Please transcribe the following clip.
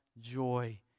joy